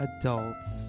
adults